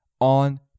on